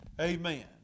Amen